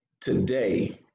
today